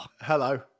Hello